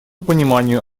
пониманию